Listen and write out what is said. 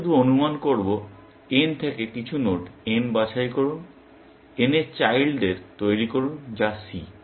আমরা শুধু অনুমান করব N থেকে কিছু নোড n বাছাই করুন n এর চাইল্ডদের তৈরি করুন যা C